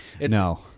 No